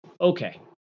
Okay